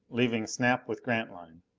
leaving snap with grantline.